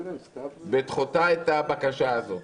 בדחותה את הבקשה הזאת